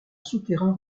souterrain